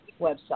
website